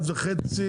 שעה.